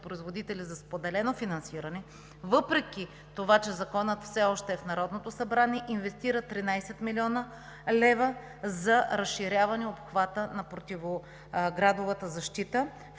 производители за споделено финансиране, въпреки това, че законът все още е в Народното събрание, инвестира 13 млн. лв. за разширяване на обхвата на противоградовата защита,